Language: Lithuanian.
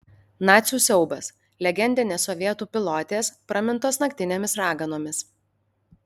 nacių siaubas legendinės sovietų pilotės pramintos naktinėmis raganomis